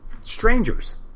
strangers